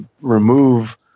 remove